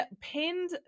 pinned